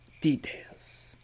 Details